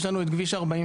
יש לנו את כביש 44,